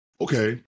Okay